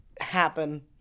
Happen